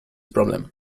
problem